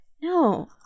No